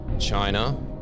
China